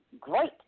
Great